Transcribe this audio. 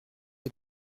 des